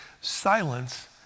silence